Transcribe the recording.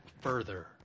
further